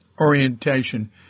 orientation